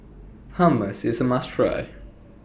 Hummus IS A must Try